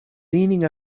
leaning